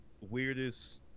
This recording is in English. weirdest